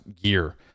year